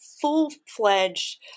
full-fledged